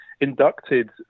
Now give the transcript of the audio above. inducted